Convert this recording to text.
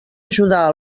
ajudar